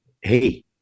hey